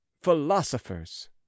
philosophers